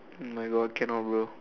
my God cannot bro